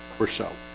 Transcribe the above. or so